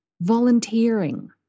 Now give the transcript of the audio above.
volunteering